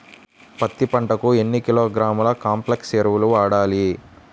పత్తి పంటకు ఎన్ని కిలోగ్రాముల కాంప్లెక్స్ ఎరువులు వాడాలి?